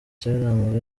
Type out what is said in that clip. cyaranzwe